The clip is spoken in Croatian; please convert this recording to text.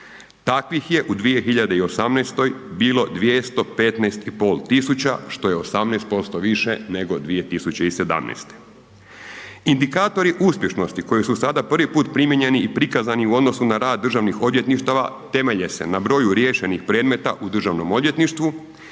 Takvih je u 2018. bilo 215.500 tisuća što je 18% više nego 2017. Indikatori uspješnosti koji su sada prvi put primijenjeni i prikazani u odnosu na rad državnih odvjetništava temelje se na broju riješenih predmeta u državnom odvjetništvu